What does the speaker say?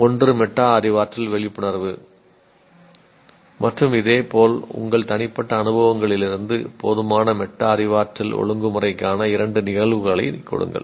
ஒன்று மெட்டா அறிவாற்றல் விழிப்புணர்வு மற்றும் இதேபோல் உங்கள் தனிப்பட்ட அனுபவங்களிலிருந்து போதுமான மெட்டா அறிவாற்றல் ஒழுங்குமுறைக்கான இரண்டு நிகழ்வுகளைக் கொடுங்கள்